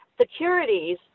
securities